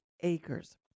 acres